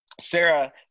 Sarah